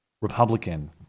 Republican